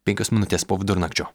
penkios minutės po vidurnakčio